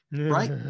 Right